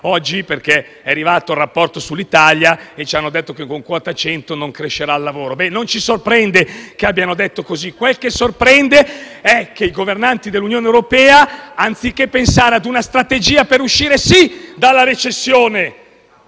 oggi; è arrivato infatti il rapporto sull'Italia, in cui ci hanno detto che con quota 100 non crescerà il lavoro. Non ci sorprende che lo abbiano detto, quel che sorprende è che i governanti dell'Unione europea, anziché pensare ad una strategia per uscire dalla recessione